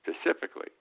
specifically